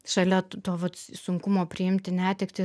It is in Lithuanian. šalia to vat sunkumo priimti netektį